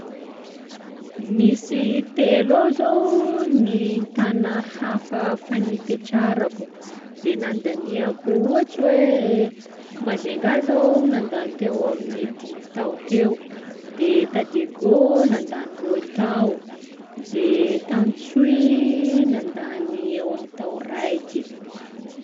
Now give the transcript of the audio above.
Nisy telo eo zô gny tanà hafa fa nipetrarako de nandaniako ohatsy hoe Majunga zô nandany teo amin'ny dimy tao teo, de tà Diego nandany roe tao, de t'Antsohihy nandany teo amin'ny tao raiky.